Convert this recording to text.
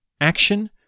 action